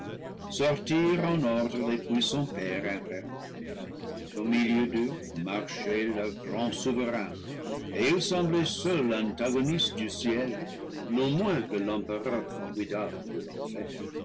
au milieu d'eux marchait leur grand souverain et il semblait seul l'antagoniste du ciel non moins que l'empereur formidable de l'enfer